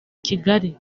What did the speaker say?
kigali